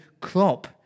crop